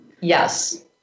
Yes